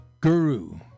guru